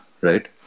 right